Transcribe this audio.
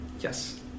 Yes